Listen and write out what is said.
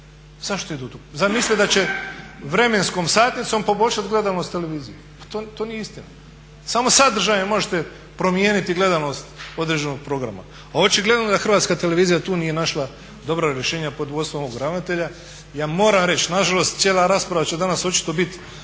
Zašto idu u tu? Zar misle da će vremenskom satnicom poboljšati gledanost televizije? Pa to nije istina. Samo sadržajem možete promijeniti gledanost određenog programa. A očigledno da Hrvatska televizija tu nije našla dobra rješenja pod vodstvom ovog ravnatelja. Ja moram reći, nažalost cijela rasprava će danas očito biti